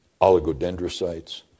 oligodendrocytes